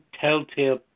telltale